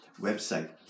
website